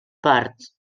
parts